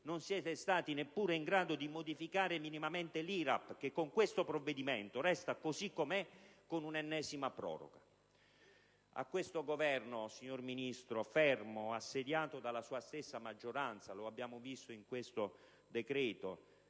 non siete stati neppure in grado di modificare minimamente l'IRAP, che con questo provvedimento resta così come è, con un'ennesima proroga. A questo Governo, fermo e assediato dalla sua stessa maggioranza (lo abbiamo visto in questo decreto)